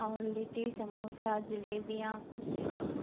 اور لٹی سموسہ جلیبیاں